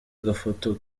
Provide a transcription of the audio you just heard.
agafoto